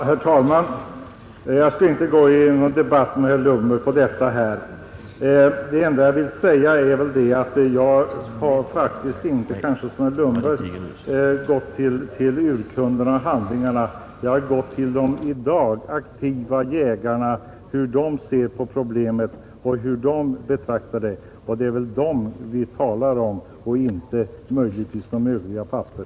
Herr talman! Jag skall inte gå in på någon debatt med herr Lundberg om detta. Det enda jag vill säga är att jag har faktiskt inte — som herr Lundberg kanske gjort — gått till urkunderna och handlingarna, utan jag har gått till de i dag aktiva jägarna och fått veta hur de ser på problemet. Och det är väl dessa jägare vi talar om inte några gamla papper.